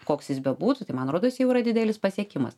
koks jis bebūtų tai man rodos jau yra didelis pasiekimas